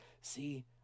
See